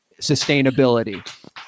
sustainability